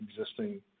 existing